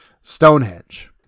Stonehenge